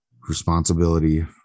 responsibility